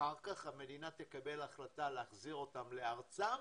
אחר כך המדינה תקבל החלטה להחזיר אותם לארצם,